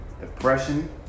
depression